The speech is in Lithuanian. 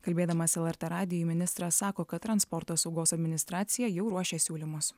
kalbėdamas lrt radijui ministras sako kad transporto saugos administracija jau ruošia siūlymus